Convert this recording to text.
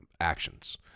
actions